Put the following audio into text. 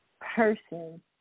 person